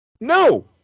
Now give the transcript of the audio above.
No